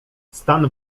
stan